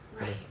right